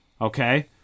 Okay